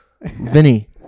Vinny